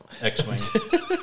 X-Wing